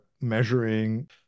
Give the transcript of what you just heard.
measuring